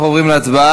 אנחנו עוברים להצבעה.